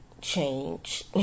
change